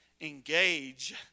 engage